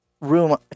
room